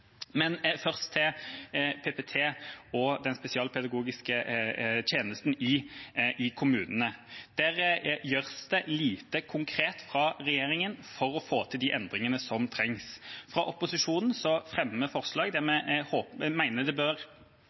PPT og den spesialpedagogiske tjenesten i kommunene: Der gjøres det lite konkret fra regjeringa for å få til de endringene som trengs. Fra opposisjonen fremmer vi forslag om og mener at det